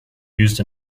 used